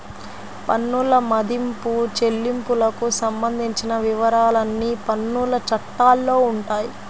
పన్నుల మదింపు, చెల్లింపులకు సంబంధించిన వివరాలన్నీ పన్నుల చట్టాల్లో ఉంటాయి